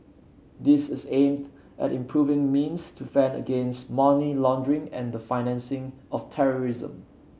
this is aimed at improving means to fend against money laundering and the financing of terrorism